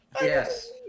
Yes